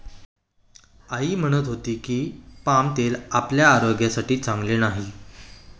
आई म्हणत होती की, पाम तेल आपल्या आरोग्यासाठी चांगले नाही